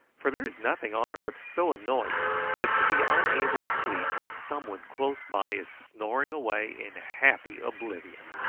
for there is nothing on earth so annoying as to be unable to sleep when some one close by is snoring away in happy oblivion.